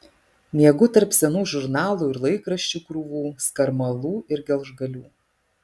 miegu tarp senų žurnalų ir laikraščių krūvų skarmalų ir gelžgalių